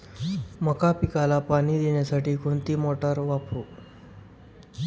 मका पिकाला पाणी देण्यासाठी कोणती मोटार वापरू?